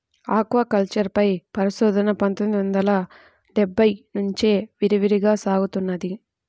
aquaculture పై పరిశోధన పందొమ్మిది వందల డెబ్బై నుంచి విరివిగా సాగుతున్నది